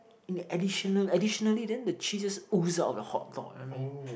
in a additional additionally then the cheese just ooze out of the hot dog I mean